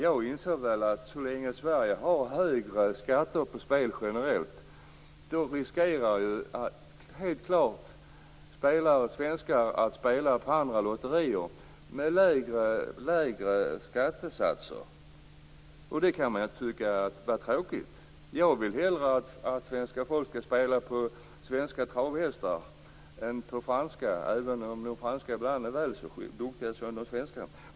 Jag inser att så länge Sverige generellt har högre skatter på spel riskerar man att svenska spelare spelar på utländska lotterier där skatterna på vinsterna är lägre, och det kan man tyckas är tråkigt. Jag vill hellre att svenska folket spelar på svenska travhästar i stället för på franska travhästar även om de franska hästarna är väl så duktiga.